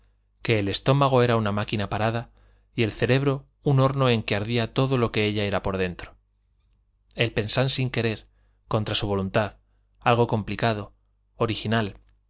que el estómago era una máquina parada y el cerebro un horno en que ardía todo lo que ella era por dentro el pensar sin querer contra su voluntad algo complicado original